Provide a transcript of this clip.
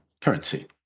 currency